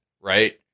right